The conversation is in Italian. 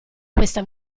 questa